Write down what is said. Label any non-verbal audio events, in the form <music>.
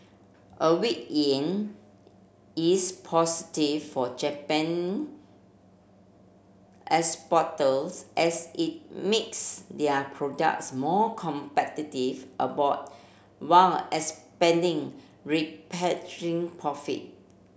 a weak yen is positive for Japan exporters as it makes their products more competitive abroad while expanding <unintelligible> profit